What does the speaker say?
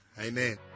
Amen